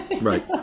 Right